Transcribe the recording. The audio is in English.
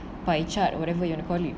pie chart or whatever you want to call it